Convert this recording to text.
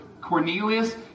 Cornelius